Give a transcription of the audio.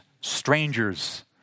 strangers